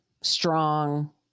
strong